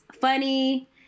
funny